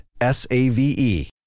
S-A-V-E